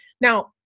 Now